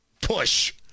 push